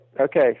Okay